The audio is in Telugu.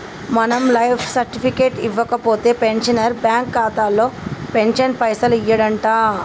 మనం లైఫ్ సర్టిఫికెట్ ఇవ్వకపోతే పెన్షనర్ బ్యాంకు ఖాతాలో పెన్షన్ పైసలు యెయ్యడంట